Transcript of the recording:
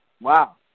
Wow